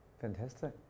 Fantastic